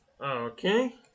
Okay